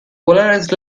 polarized